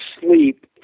sleep